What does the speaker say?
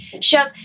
shows